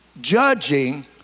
judging